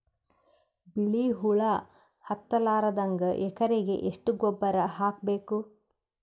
ಬಿಳಿ ಹುಳ ಹತ್ತಲಾರದಂಗ ಎಕರೆಗೆ ಎಷ್ಟು ಗೊಬ್ಬರ ಹಾಕ್ ಬೇಕು?